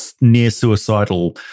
near-suicidal